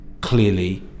clearly